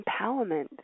empowerment